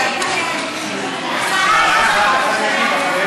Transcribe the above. אין דבר כזה.